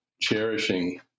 cherishing